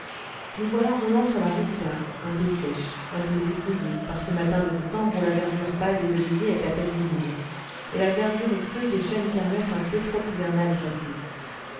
nous voilà roulant sur la route d'arles un peu sèche un peu dépouillée par ce matin de décembre où la verdure pâle des oliviers est à peine visible et la verdure crue des chênes kermès un peu trop hivernale et factice